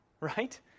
right